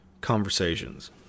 conversations